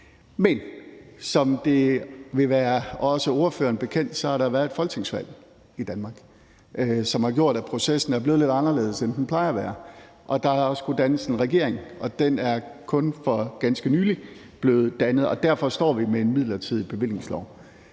Men som det vil være også ordføreren bekendt, har der været et folketingsvalg i Danmark, som har gjort, at processen er blevet lidt anderledes, end den plejer at være. Der har skullet dannes en regering, og den er kun for ganske nylig blevet dannet. Derfor står vi med en midlertidig bevillingslov.